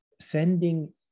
sending